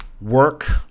work